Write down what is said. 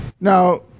Now